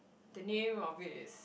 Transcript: the name of it is